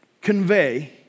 convey